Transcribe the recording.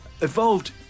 evolved